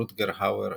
רוטגר האוור,